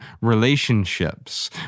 relationships